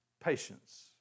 patience